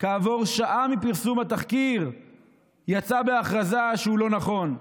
כעבור שעה מפרסום התחקיר יצא בהכרזה שהוא לא נכון.